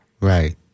Right